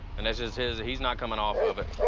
and this is his, he's not coming off of it.